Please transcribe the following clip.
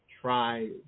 try